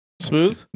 Smooth